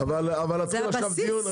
זה הבסיס.